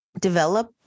develop